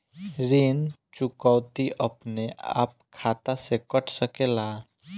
ऋण चुकौती अपने आप खाता से कट सकेला?